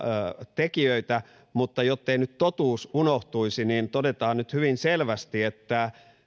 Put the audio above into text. tekijöitä mutta jottei nyt totuus unohtuisi niin todetaan nyt hyvin selvästi että